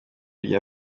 rya